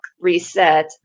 reset